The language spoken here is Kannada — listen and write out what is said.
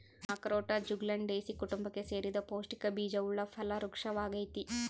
ಅಖ್ರೋಟ ಜ್ಯುಗ್ಲಂಡೇಸೀ ಕುಟುಂಬಕ್ಕೆ ಸೇರಿದ ಪೌಷ್ಟಿಕ ಬೀಜವುಳ್ಳ ಫಲ ವೃಕ್ಪವಾಗೈತಿ